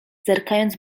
zerkając